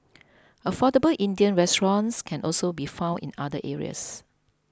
affordable Indian restaurants can also be found in other areas